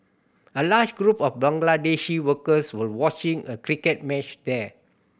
a large group of Bangladeshi workers were watching a cricket match there